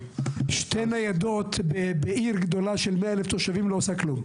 שתי ניידות בעיר גדולה של מאה אלף תושבים לא עושה כלום.